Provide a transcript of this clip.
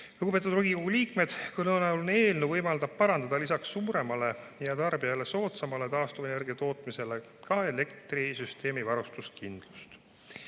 Lugupeetud Riigikogu liikmed! Kõnealune eelnõu võimaldab parandada lisaks suuremale ja tarbijale soodsamale taastuvenergia tootmisele ka elektrisüsteemi varustuskindlust.